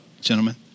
gentlemen